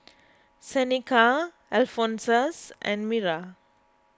Seneca Alphonsus and Mira